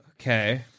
Okay